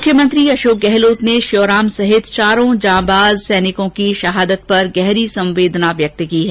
मुख्यमंत्री अशोक गहलोत ने श्योराम सहित चारों जांबाज सैनिकों की शहादत गहरी संवेदना व्यक्त की है